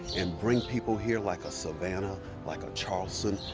and bring people here like a savannah, like a charleston,